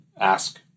ask